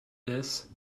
this